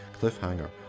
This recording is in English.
cliffhanger